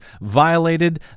violated